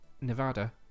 Nevada